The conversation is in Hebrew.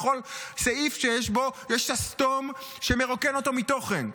בכל סעיף שיש בו יש שסתום שמרוקן אותו מתוכן,